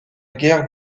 guerre